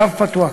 קו פתוח,